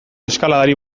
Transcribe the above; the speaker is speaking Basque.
eskaladari